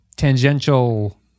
tangential